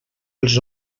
els